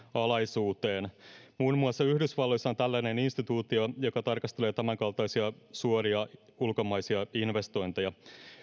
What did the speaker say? alaisuuteen muun muassa yhdysvalloissa on tällainen instituutio joka tarkastelee tämänkaltaisia suoria ulkomaisia investointeja